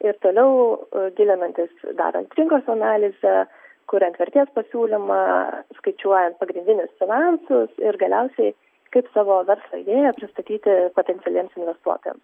ir toliau gilinantis darant rinkos analizę kuriant vertės pasiūlymą skaičiuojant pagrindinius finansus ir galiausiai kaip savo verslo idėją pristatyti potencialiems investuotojams